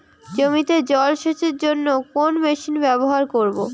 জমিতে জল সেচের জন্য কোন মেশিন ব্যবহার করব?